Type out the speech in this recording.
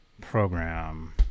program